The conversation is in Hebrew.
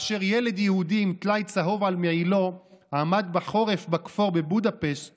כאשר ילד יהודי עם טלאי צהוב על מעילו עמד בחורף בכפור בבודפשט